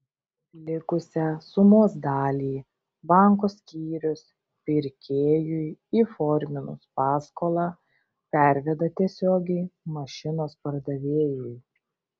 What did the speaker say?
likusią sumos dalį banko skyrius pirkėjui įforminus paskolą perveda tiesiogiai mašinos pardavėjui